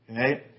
Okay